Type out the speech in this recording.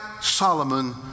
Solomon